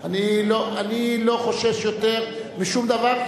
אני לא חושש יותר משום דבר,